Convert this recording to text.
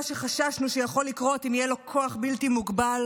שחששנו שיכול לקרות אם יהיה לו כוח בלתי מוגבל